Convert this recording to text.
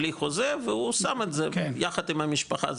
בלי חוזה והוא שם את זה יחד עם המשפחה,